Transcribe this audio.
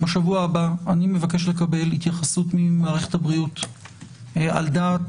בשבוע הבא אני מבקש לקבל התייחסות ממערכת הבריאות על דעת